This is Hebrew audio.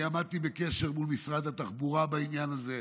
עמדתי בקשר עם משרד התחבורה בעניין הזה,